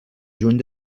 juny